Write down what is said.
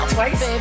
Twice